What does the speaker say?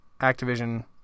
Activision